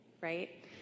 right